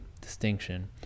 distinction